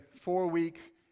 four-week